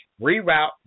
Reroute